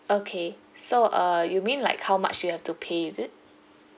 okay so uh you mean like how much you have to pay is it